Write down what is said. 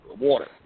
water